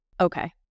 Okay